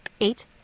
Eight